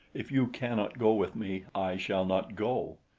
if you cannot go with me, i shall not go.